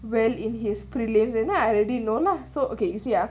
well in his prelims and then I already know lah so okay you see ah